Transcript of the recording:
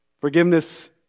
Forgiveness